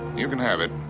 you can have it.